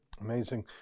Amazing